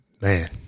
man